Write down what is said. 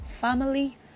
family